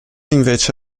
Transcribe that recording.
invece